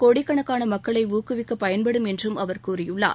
கோடிக்கணக்கான மக்களை ஊக்குவிக்க பயன்படும் என்றும் அவர் கூறியுள்ளார்